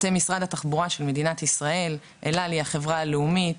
אתם משרד התחבורה של מדינת ישראל ואל על היא החברה הלאומית.